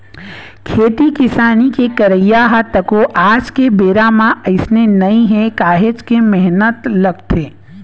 खेती किसानी के करई ह तको आज के बेरा म अइसने नइ हे काहेच के मेहनत लगथे